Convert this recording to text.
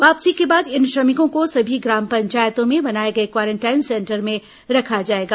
वापसी के बाद इन श्रमिकों को सभी ग्राम पंचायतों में बनाए गए क्वारेंटाइन सेंटर में रखा जाएगा